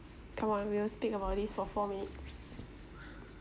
come on we will speak about this for four minutes